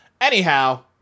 Anyhow